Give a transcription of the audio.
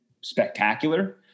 spectacular